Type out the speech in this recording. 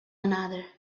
another